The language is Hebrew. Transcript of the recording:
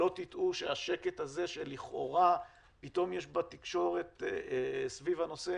שלא תטעו שהשקט הזה שלכאורה פתאום יש בתקשורת סביב הנושא